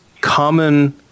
common